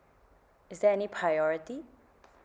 is there any priority